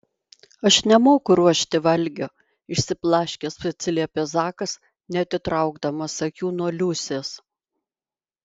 aš nemoku ruošti valgio išsiblaškęs atsiliepė zakas neatitraukdamas akių nuo liusės